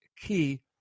key